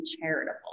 charitable